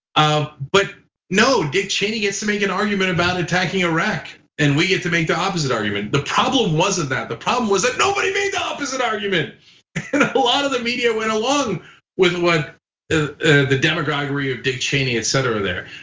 ah but no, dick cheney gets to make an argument about attacking iraq and we get to make the opposite argument. the problem wasn't that, the problem was that nobody made the opposite argument. and a but lot of the media went along with what the the demagoguery of dick cheney, etc, there.